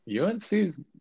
UNC's